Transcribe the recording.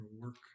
work